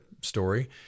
story